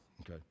okay